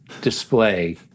display